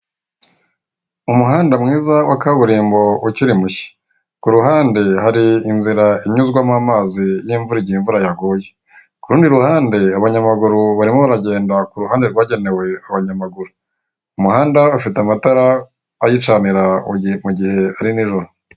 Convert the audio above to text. Umuhanda mwiza wa kaburimbo ukiri mushya ku ruhande hari inzira inyuzwamo amazi iyo imvura igihe imvura yaguye ku rundi ruhande abanyamaguru barimo baragenda ku ruhande rwagenewe abanyamaguru. Umuhanda ufite amatara ayicanira mu gihe ari nijoro.